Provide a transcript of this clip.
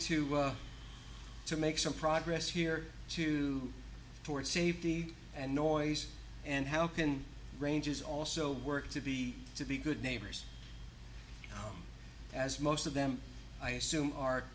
to to make some progress here too toward safety and noise and how can ranges also work to be to be good neighbors as most of them i assume are